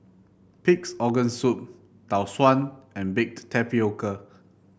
Pig's Organ Soup Tau Suan and Baked Tapioca